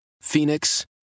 Phoenix